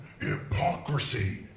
Hypocrisy